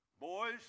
Boys